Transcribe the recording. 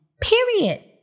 Period